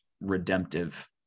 redemptive